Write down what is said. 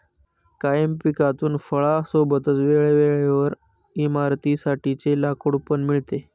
कायम पिकातून फळां सोबतच वेळे वेळेवर इमारतीं साठी चे लाकूड पण मिळते